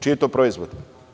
Čiji je to proizvod?